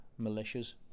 militias